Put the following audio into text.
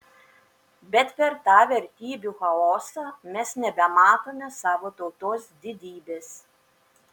bet per tą vertybių chaosą mes nebematome savo tautos didybės